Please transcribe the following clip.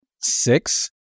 six